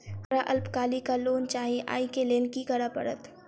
हमरा अल्पकालिक लोन चाहि अई केँ लेल की करऽ पड़त?